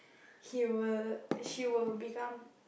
he will he will become